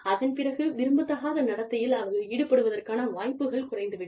அதன் பிறகு விரும்பத்தகாத நடத்தையில் அவர்கள் ஈடுபடுவதற்கான வாய்ப்புகள் குறைந்து விடும்